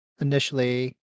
initially